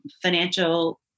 financial